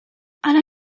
ale